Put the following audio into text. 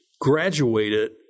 Graduated